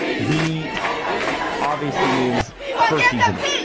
he obviously means first season in.